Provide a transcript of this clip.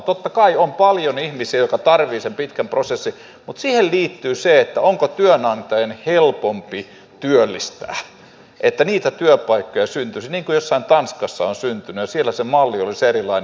totta kai on paljon ihmisiä jotka tarvitsevat sen pitkän prosessin mutta siihen liittyy se onko työnantajan helpompi työllistää että niitä työpaikkoja syntyisi niin kuin jossain tanskassa on syntynyt ja siellä se malli oli erilainen